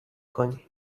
کنی